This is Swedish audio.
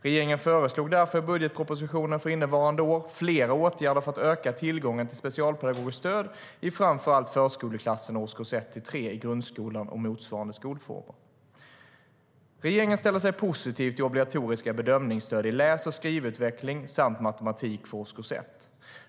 Regeringen föreslog därför i budgetpropositionen för innevarande år flera åtgärder för att öka tillgången till specialpedagogiskt stöd i framför allt förskoleklassen och årskurs 1-3 i grundskolan och motsvarande skolformer. Regeringen ställer sig positiv till obligatoriska bedömningsstöd i läs och skrivutveckling samt matematik för årskurs 1.